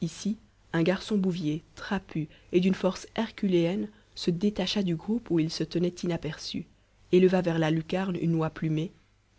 ici un garçon bouvier trapu et d'une force herculéenne se détacha du groupe où il se tenait inaperçu éleva vers la lucarne une oie plumée